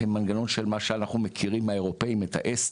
עם מנגנון של מה שאנחנו מכירים מהאירופאים את ה ESTA